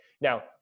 now